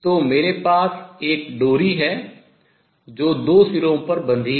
तो मेरे पास एक डोरी है जो 2 सिरों पर बंधी है